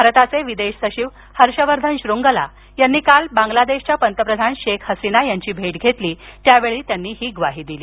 भारताचे विदेश सचिव हर्षवर्धन श्रुन्गला यांनी काल बांगलादेशच्या पंतपप्रधान शेख हसीना यांची भेट घेतली त्यावेळी त्यांनी ही ग्वाही दिली